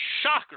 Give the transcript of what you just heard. shocker